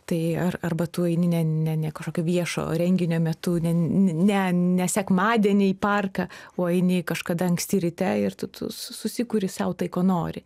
tai ar arba tu eini ne ne ne kažkokio viešo renginio metu ne ne ne sekmadienį į parką o eini kažkada anksti ryte ir tu tu susikuri sau tai ko nori